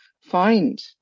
find